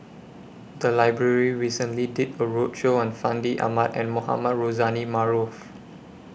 The Library recently did A roadshow on Fandi Ahmad and Mohamed Rozani Maarof